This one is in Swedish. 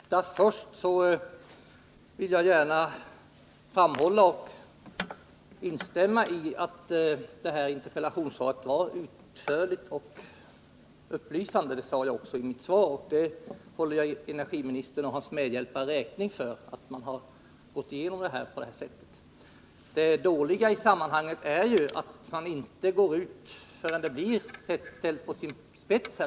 Herr talman! För att ta det sista först vill jag gärna framhålla att jag instämmer i att det här interpellationssvaret är utförligt och upplysande. Det sade jag också i mitt tidigare anförande, och det håller jag energiministern och hans medhjälpare räkning för. Det dåliga i sammanhanget är att man här i parlamentet inte går ut med information förrän dessa frågor ställs på sin spets.